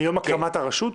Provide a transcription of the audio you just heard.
מיום הקמת הרשות?